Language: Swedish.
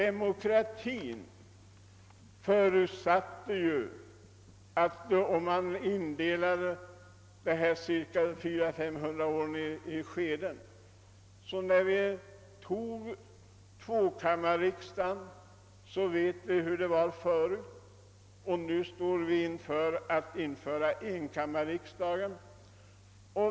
Man kan ju ur demokratins synpunkt indela de gångna 400, 500 åren i skeden. När vi beslöt införa tvåkammarriksdagen visste vi ju hur det hade varit förut. Nu står vi i begrepp att införa enkammarriksdag.